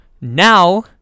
Now